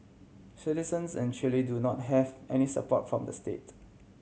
citizens in Chile do not have any support from the state